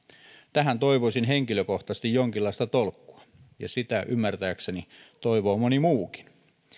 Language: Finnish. tähän toivoisin henkilökohtaisesti jonkinlaista tolkkua ja sitä ymmärtääkseni toivoo moni muukin